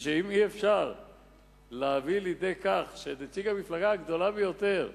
אם אי-אפשר להביא לידי כך שנציג המפלגה הגדולה ביותר